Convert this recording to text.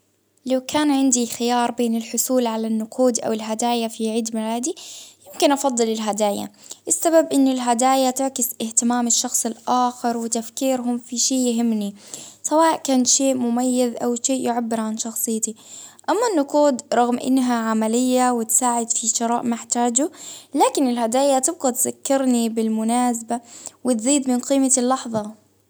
لو كان عندي خيار بين الحصول على النقود أو الهدايا في عيد ميلادي ممكن أفضل الهدايا، السبب إن الهدايا تعطي إهتمام بالشخص الأخر، وتفكيرهم في شي يهمني سواء كان شي مميز أو شيء يعبر عن شخصيتي، أما النقود رغم إنها عملية وتساعد في شراء ما أحتاجة لكن الهدايا تفقد فكرني بالمناسبة، وتزيد من قيمة اللحظة.